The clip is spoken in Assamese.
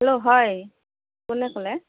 হেল্ল' হয় কোনে ক'লে